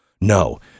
no